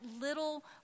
little